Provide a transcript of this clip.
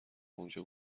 اونجا